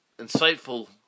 insightful